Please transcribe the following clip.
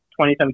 2017